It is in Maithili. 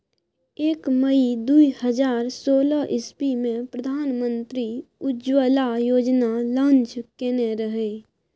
एक मइ दु हजार सोलह इस्बी मे प्रधानमंत्री उज्जवला योजना लांच केने रहय